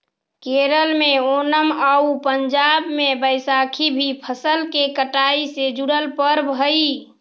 केरल में ओनम आउ पंजाब में बैसाखी भी फसल के कटाई से जुड़ल पर्व हइ